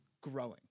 growing